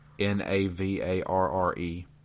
N-A-V-A-R-R-E